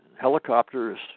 helicopters